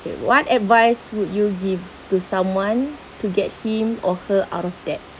okay what advice would you give to someone to get him or her out of debt